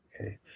Okay